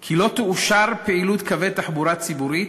כי לא תאושר פעילות קווי תחבורה ציבורית,